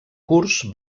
curs